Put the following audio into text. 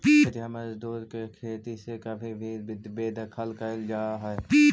खेतिहर मजदूर के खेती से कभी भी बेदखल कैल दे जा हई